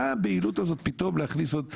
מה הבהילות הזאת פתאום להכניס אותו?